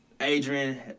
Adrian